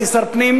הייתי שר הפנים,